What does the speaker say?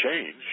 change